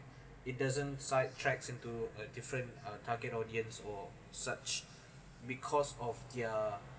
it doesn't side tracks into a different uh target audience for such because of their